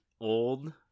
old